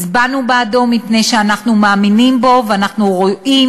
הצבענו בעדו מפני שאנחנו מאמינים בו ואנחנו רואים